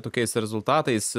tokiais rezultatais